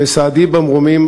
וסהדי במרומים,